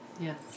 Yes